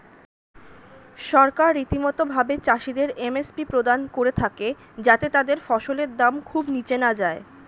সরকার রীতিমতো ভাবে চাষিদের এম.এস.পি প্রদান করে থাকে যাতে তাদের ফসলের দাম খুব নীচে না যায়